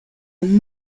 and